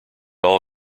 all